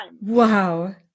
Wow